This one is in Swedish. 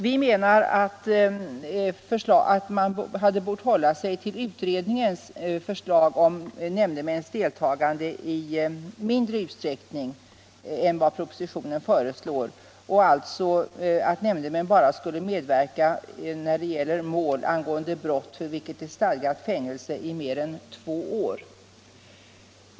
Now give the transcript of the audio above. v Vi menar att man borde ha hållit sig till utredningens förslag om nämndemäns deltagande i mindre utsträckning än vad propositionen föreslår och att nämndemän alltså bara skulle medverka i mål som gäller brott för vilket är stadgat fängelsestraff i mer än två år.